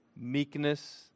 meekness